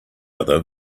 other